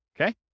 Okay